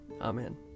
Amen